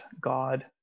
god